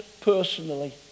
personally